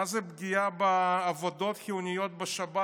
מה זה פגיעה בעבודות חיוניות בשבת?